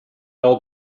old